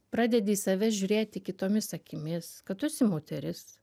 pradedi į save žiūrėti kitomis akimis kad tu esi moteris